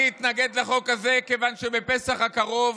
אני אתנגד לחוק הזה כיוון שבפסח הקרוב,